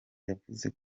yavuze